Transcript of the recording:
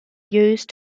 used